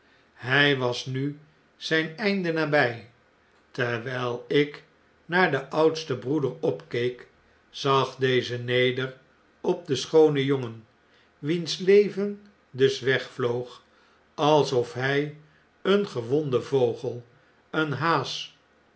hjj was mi zjjn einde nabij terwgl ik naar den oudsten broeder opkeek zag deze neder op den schoonen jongen wiens leven dus wegvloog also hy een gewonde vogel een haas